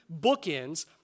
bookends